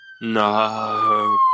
No